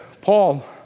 Paul